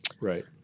Right